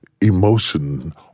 emotion